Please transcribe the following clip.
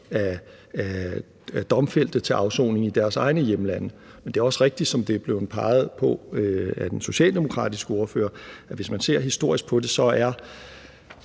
domfældte til afsoning i deres egne hjemlande. Det er også rigtigt, som det er blevet peget på af den socialdemokratiske ordfører, at hvis man ser historisk på det, så er